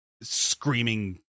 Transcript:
screaming